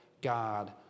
God